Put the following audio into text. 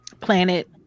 planet